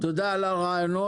תודה על הרעיונות.